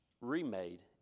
remade